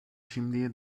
şimdiye